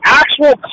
actual